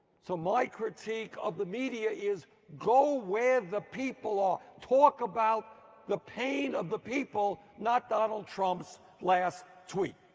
so my critique of the media is go where the people are. talk about the pain of the people, not donald trump's last tweet.